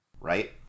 right